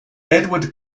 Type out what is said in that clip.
edward